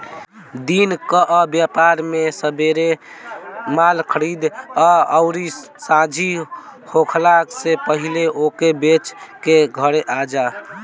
दिन कअ व्यापार में सबेरे माल खरीदअ अउरी सांझी होखला से पहिले ओके बेच के घरे आजा